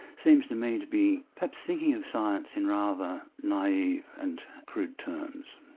seems to me to be perhaps thinking of science in rather naive and crude terms.